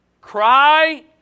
Cry